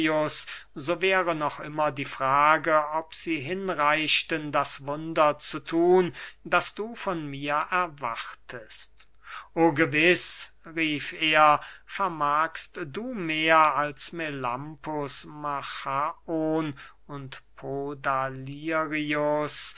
so wäre noch immer die frage ob sie hinreichten das wunder zu thun das du von mir erwartest o gewiß rief er vermagst du mehr als melampus machaon und podalirius